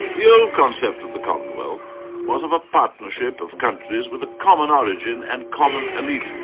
the old concept of the commonwealth was of a partnership of countries with a common origin and common allegiance.